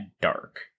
dark